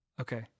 Okay